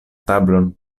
tablon